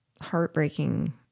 heartbreaking